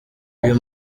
uyu